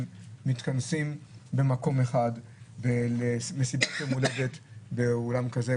מתכנסים במקום אחד למסיבת יום הולדת באולם כזה,